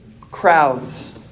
crowds